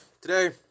today